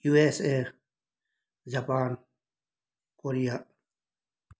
USA Japan Korea